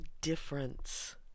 difference